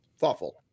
thoughtful